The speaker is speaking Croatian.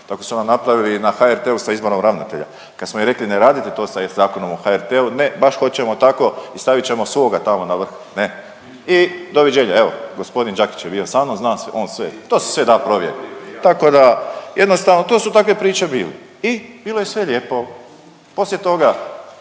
tako su nam napravili i na HRT-u sa izborom ravnatelja kad smo im rekli ne radite to sa Zakonom o HRT-u, ne baš hoćemo tako i stavit ćemo svoga tamo na vrh, ne i doviđenja. Evo, g. Đakić je bio sa mnom, zna on sve i to sve da provjeriti, tako da jednostavno to su takve priče bile i bilo je sve lijepo. Poslije toga